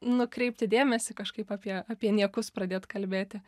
nukreipti dėmesį kažkaip apie apie niekus pradėt kalbėti